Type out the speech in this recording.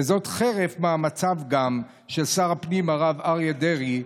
וזאת חרף מאמציו של שר הפנים הרב אריה דרעי,